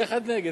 שיהיה אחד נגד.